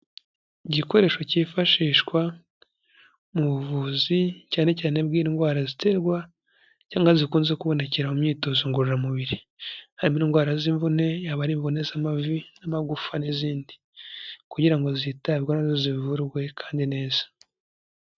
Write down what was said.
Igikoresho cyifashishwa mu buvuzi cyane cyane bw'indwara ziterwa cyangwa zikunze kubonekera mu myitozo ngororamubiri, harimo indwara z'imvune, yaba ari imvune z'amavi n'amagufa n'izindi kugira ngo zitabweho na zo zivurwe kandi neza.